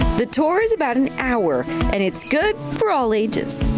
the tour is about an hour and it's good for all ages.